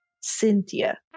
Cynthia